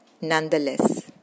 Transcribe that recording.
nonetheless